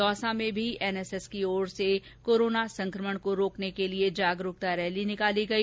दौसा में भी एनएसएस की ओर से कोरोना संक्रमण को रोकने के लिए जागरूकता रैली निकाली गई